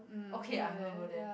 okay I'm gonna go there